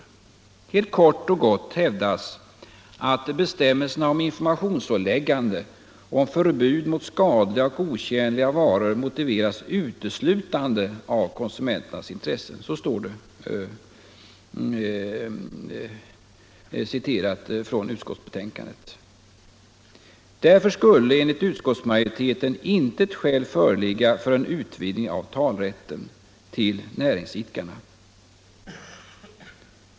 Helt kort och gott hävdar utskottet: ”Bestämmelserna om informationsåläggande och om förbud mot skadliga och otjänliga varor motiveras uteslutande av konsumenternas intressen.” Därför skulle enligt utskottsmajoriteten intet skäl föreligga för en utvidgning av talerätten till näringsidkarna.